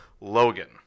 Logan